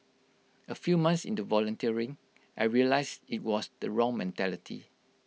A few months into volunteering I realised IT was the wrong mentality